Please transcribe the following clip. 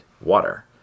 water